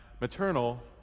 maternal